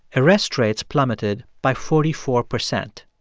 arrest rates plummeted by forty four percent.